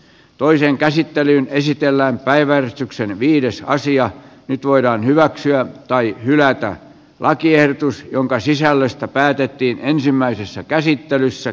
toiseen käsittelyyn esitellään päiväystyksen viidessä asiat nyt voidaan hyväksyä tai hylätä lakiehdotus jonka sisällöstä päätettiin ensimmäisessä käsittelyssä